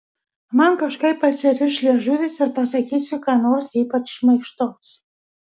man kažkaip atsiriš liežuvis ir pasakysiu ką nors ypač šmaikštaus